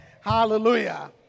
Hallelujah